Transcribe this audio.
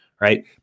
right